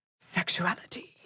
sexuality